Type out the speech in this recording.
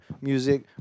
music